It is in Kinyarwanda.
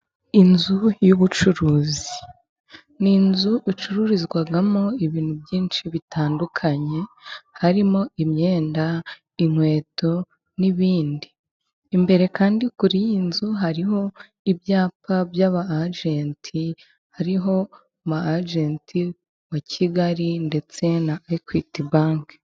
Inzu y'ubucuruzi ni inzu icururizwamo ibintu byinshi bitandukanye, harimo imyenda, inkweto n'ibindi. Imbere kandi kuri iyi nzu hariho ibyapa by'abajenti hariho umwajenti wa Kigali ndetse na ekwiti banki.